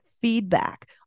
feedback